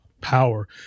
power